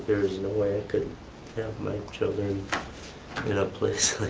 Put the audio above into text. there is no way i could have my children in a place